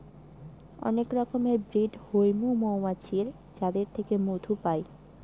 অনেক রকমের ব্রিড হৈমু মৌমাছির যাদের থেকে মধু পাই